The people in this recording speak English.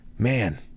Man